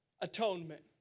atonement